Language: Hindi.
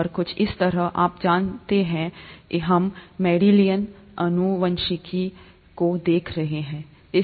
और कुछ इस तरह आप जानते हैं हम मेंडेलियन आनुवंशिकी को देख रहे होंगे